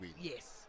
yes